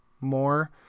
more